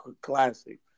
classic